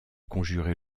conjurés